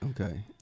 Okay